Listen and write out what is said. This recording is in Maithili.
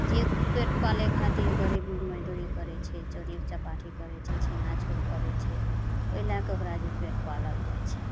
जेकी पेट पालय खातिर गरीबी मजदूरी करय छै चोरी चपाटी करय छै छिनार छोर करय छै ओइ लए कऽ ओकरा जे पेट पालल जाइ छै